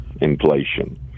inflation